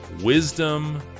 wisdom